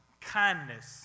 kindness